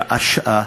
שעה-שעה,